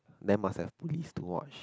then must have police to watch